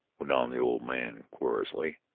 went on the old man querulously,